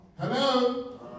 Hello